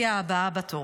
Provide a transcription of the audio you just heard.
היא הבאה בתור.